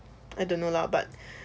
I don't know lah but